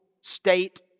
state